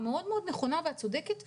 הנכונה והצודקת מאוד,